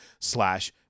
slash